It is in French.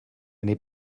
n’est